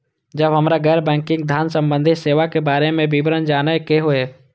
जब हमरा गैर बैंकिंग धान संबंधी सेवा के बारे में विवरण जानय के होय?